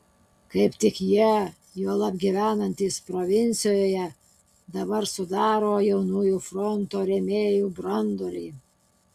kaip tik jie juolab gyvenantys provincijoje dabar sudaro jaunųjų fronto rėmėjų branduolį